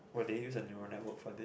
oh they use a neuron network for this